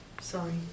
sorry